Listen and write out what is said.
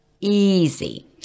easy